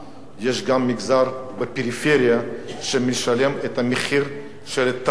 יש גם מגזר בפריפריה שמשלם את המחיר של הטעויות,